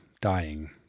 dying